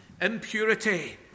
impurity